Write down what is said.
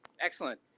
Excellent